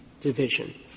division